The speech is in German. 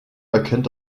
erkennt